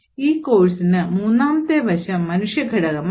ഈ കോഴ്സിന് മൂന്നാമത്തെ വശം മനുഷ്യ ഘടകമാണ്